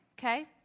okay